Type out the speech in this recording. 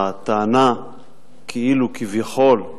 הטענה כאילו, כביכול,